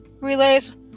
relays